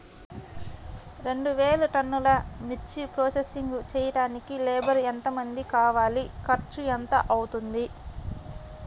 రెండు వేలు టన్నుల మిర్చి ప్రోసెసింగ్ చేయడానికి లేబర్ ఎంతమంది కావాలి, ఖర్చు ఎంత అవుతుంది?